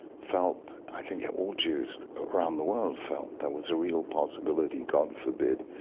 felt i think all jews around the world felt there was a real possibility, god forbid,